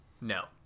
No